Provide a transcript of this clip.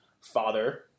father